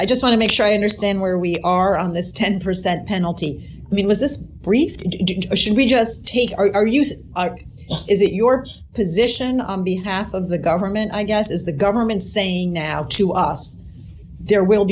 i just want to make sure i understand where we are on this ten percent penalty i mean was this brief should we just take our use is it your position on behalf of the government i guess is the government saying no to us there will